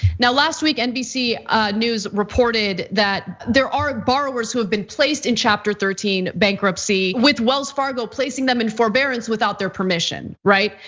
now last week nbc news reported that there are borrowers who have been placed in chapter thirteen bankruptcy, with wells fargo placing them in forbearance without their permission, right?